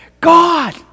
God